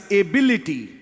ability